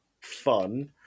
fun